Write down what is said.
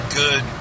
good